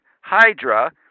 hydra